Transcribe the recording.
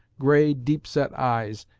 gray, deep-set eyes,